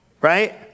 Right